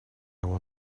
will